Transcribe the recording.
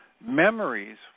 memories